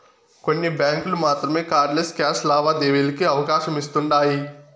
కొన్ని బ్యాంకులు మాత్రమే కార్డ్ లెస్ క్యాష్ లావాదేవీలకి అవకాశమిస్తుండాయ్